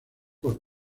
por